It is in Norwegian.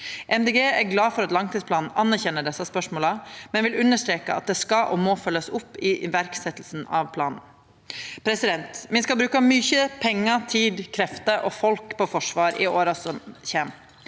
er glad for at langtidsplanen anerkjenner desse spørsmåla, men vil understreka at det skal og må følgjast opp i iverksetjinga av planen. Me skal bruka mykje pengar, tid, krefter og folk på forsvar i åra som kjem.